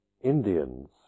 Indians